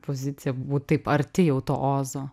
pozicija būt taip arti jau to ozo